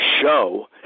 show